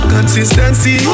Consistency